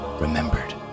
remembered